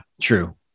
true